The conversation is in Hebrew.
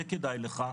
זה כדאי לך,